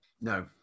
No